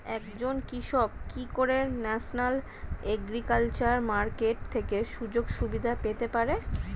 একজন কৃষক কি করে ন্যাশনাল এগ্রিকালচার মার্কেট থেকে সুযোগ সুবিধা পেতে পারে?